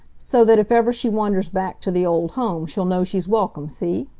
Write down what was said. so that if ever she wanders back to the old home she'll know she's welcome, see?